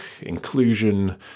inclusion